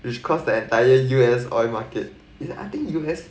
which cause the entire U_S oil market is I think U_S